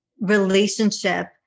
relationship